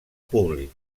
públic